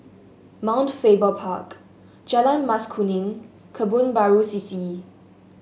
Mount Faber Park Jalan Mas Kuning Kebun Baru C C